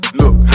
look